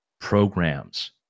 programs